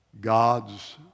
God's